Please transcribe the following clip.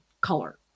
color